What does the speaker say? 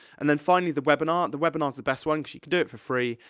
and then, finally, the webinar. the webinar's the best one, cause you can do it for free,